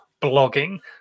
blogging